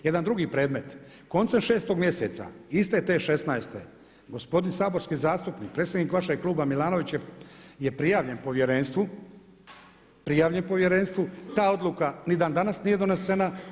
Jedan drugi predmet koncem 6 mjeseca iste te 2016. gospodin saborski zastupnik predsjednik vašeg kluba Milanović je prijavljen povjerenstvu, prijavljen povjerenstvu, ta odluka ni dan danas nije donesena.